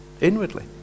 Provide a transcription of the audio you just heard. inwardly